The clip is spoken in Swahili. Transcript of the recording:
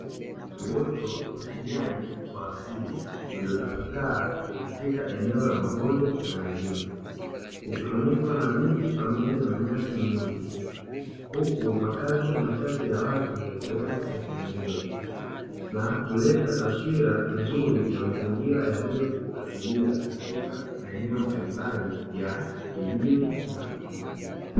Uoto wa kijani wa asili uliotapakaa katika eneo la mabonde na elimu ukifunikwa na miti pamoja na nyasi, huku makazi machache ya watu yakiwepo sehemu hiyo na kuleta taswira nzuri ya mazingira yaliyo asilia katika maeneo mbalimbali ya mijini.